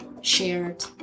shared